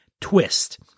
twist